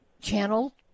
channel